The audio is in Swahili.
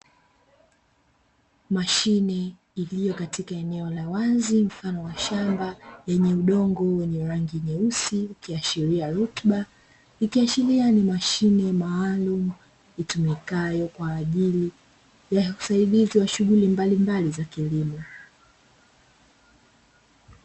Mashine iliyokatika eneo la wazi mfano wa shamba lenye udongo wenye rangi nyeusi ikiashiria rutuba, ikiashiria ni mashine maalumu itumikayo kwa ajili ya usaidizi wa shughuli mbalimbali za kilimo.